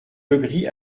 legris